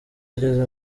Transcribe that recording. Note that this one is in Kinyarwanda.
ageze